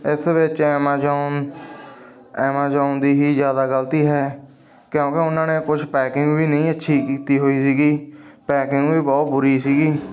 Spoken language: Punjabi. ਇਸ ਵਿੱਚ ਐਮਾਜੋਨ ਐਮਾਜੋਨ ਦੀ ਹੀ ਜ਼ਿਆਦਾ ਗਲਤੀ ਹੈ ਕਿਉਂਕਿ ਉਹਨਾਂ ਨੇ ਕੁਛ ਪੈਕਿੰਗ ਵੀ ਨਹੀਂ ਅੱਛੀ ਕੀਤੀ ਹੋਈ ਸੀਗੀ ਪੈਕਿੰਗ ਵੀ ਬਹੁਤ ਬੁਰੀ ਸੀਗੀ